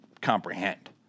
comprehend